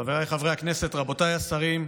חבריי חברי הכנסת, רבותיי השרים,